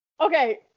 Okay